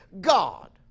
God